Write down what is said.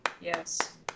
yes